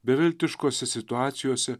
beviltiškose situacijose